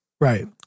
Right